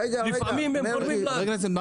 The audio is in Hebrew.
לפעמים הם גורמים לעצמם --- התקנה